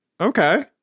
Okay